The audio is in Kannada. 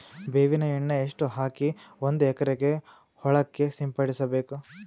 ಬೇವಿನ ಎಣ್ಣೆ ಎಷ್ಟು ಹಾಕಿ ಒಂದ ಎಕರೆಗೆ ಹೊಳಕ್ಕ ಸಿಂಪಡಸಬೇಕು?